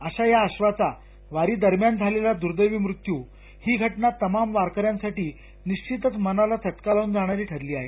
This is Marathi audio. अशा या अधाचा वारी दरम्यान झालेला दुदँवी मृत्यू ही घटना तमाम वारकऱ्यांसाठी निश्वितच मनाला चटका लावून जाणारी ठरली आहे